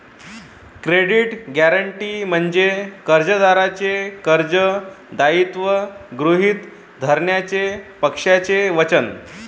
credit guarantee म्हणजे कर्जदाराचे कर्ज दायित्व गृहीत धरण्याचे पक्षाचे वचन